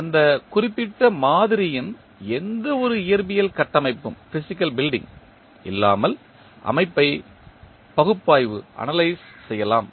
அந்த குறிப்பிட்ட மாதிரியின் எந்தவொரு இயற்பியல் கட்டமைப்பும் இல்லாமல் அமைப்பை பகுப்பாய்வு செய்யலாம்